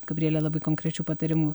gabrielė labai konkrečių patarimų